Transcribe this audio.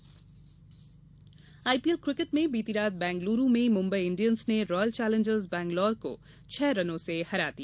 IPL IPL cricket में बीती रात बैंगलूरू में मुंबई इंडियन्स ने रॉयल चौलेंजर्स बंगलौर को छह रन से हरा दिया